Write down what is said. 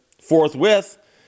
forthwith